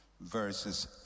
verses